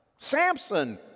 Samson